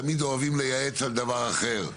תמיד אוהבים לייעץ על דבר אחר.